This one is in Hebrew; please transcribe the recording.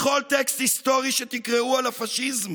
בכל טקסט היסטורי שתקראו על הפשיזם